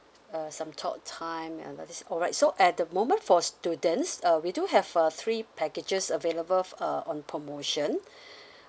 uh some talk time and all this alright so at the moment for students uh we do have uh three packages available f~ uh on promotion